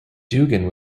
dugan